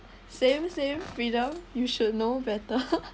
same same freedom you should know better